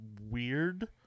weird